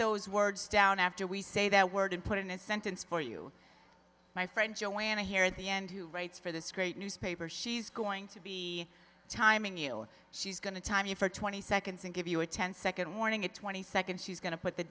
those words down after we say that word and put in a sentence for you my friend joanna here at the end who writes for this great newspaper she's going to be timing you she's going to time you for twenty seconds and give you a ten second warning a twenty second she's going to put th